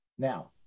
Now